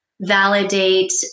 validate